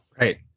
Right